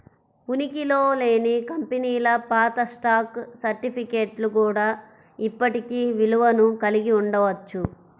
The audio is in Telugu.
ఉనికిలో లేని కంపెనీల పాత స్టాక్ సర్టిఫికేట్లు కూడా ఇప్పటికీ విలువను కలిగి ఉండవచ్చు